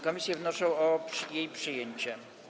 Komisje wnoszą o jej przyjęcie.